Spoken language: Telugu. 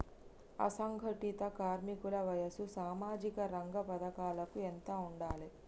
అసంఘటిత కార్మికుల వయసు సామాజిక రంగ పథకాలకు ఎంత ఉండాలే?